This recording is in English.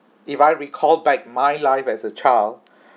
if I recall back my life as a child